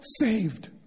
saved